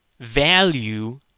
value